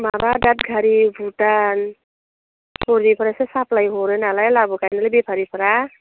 माबा धादगारि भुटान हरैनिफ्रायसो साप्लाइ हरो नालाय लाबोखायो बेफारिफ्रा